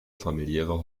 familiäre